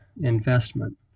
investment